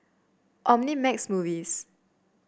Omnimax Movies